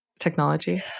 technology